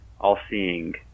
all-seeing